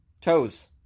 Toes